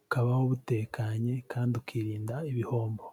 bukabaho butekanye kandi ukirinda ibihombo.